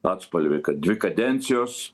atspalvį kad dvi kadencijos